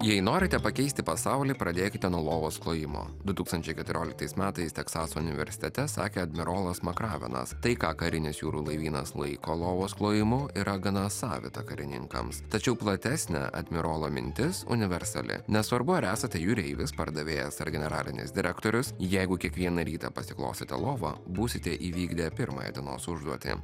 jei norite pakeisti pasaulį pradėkite nuo lovos klojimo du tūkstančiai keturioliktais metais teksaso universitete sakė admirolas makrabanas tai ką karinis jūrų laivynas laiko lovos klojimu yra gana savitą karininkams tačiau platesnę admirolo mintis universalia nesvarbu ar esate jūreivis pardavėjas ar generalinis direktorius jeigu kiekvieną rytą pasiklokite lovą būsite įvykdę pirmąją dienos užduotį